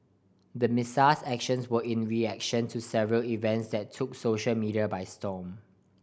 the Messiah's actions were in reaction to several events that took social media by storm